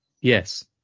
Yes